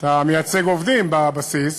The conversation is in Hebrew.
אתה מייצג עובדים בבסיס,